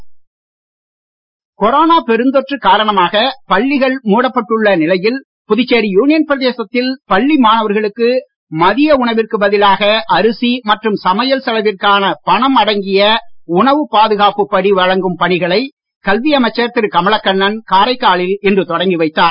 உணவுப் படி கொரோனா பெருந்தொற்று காரணமாக பள்ளிகள் மூடப்பட்டுள்ள நிலையில் புதுச்சேரி யூனியன் பிரதேசத்தில் பள்ளி மாணவர்களுக்கு மதிய உணவிற்கு பதிலாக அரிசி மற்றும் சமையல் செலவிற்கான பணம் அடங்கிய உணவுப் பாதுகாப்புப் படி வழங்கும் பணிகளை கல்வி அமைச்சர் திரு கமலக்கண்ணன் காரைக்காலில் இன்று தொடங்கி வைத்தார்